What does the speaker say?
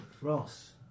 Ross